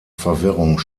verwirrung